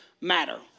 matter